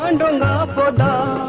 and da da